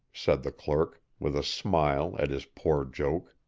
said the clerk, with a smile at his poor joke.